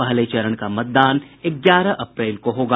पहले चरण का मतदान ग्यारह अप्रैल को होगा